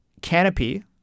Canopy